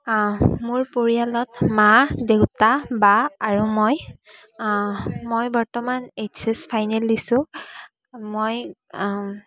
মোৰ পৰিয়ালত মা দেউতা বা আৰু মই মই বৰ্তমান এইচ এচ ফাইনেল দিছোঁ মই